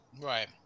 right